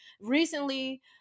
recently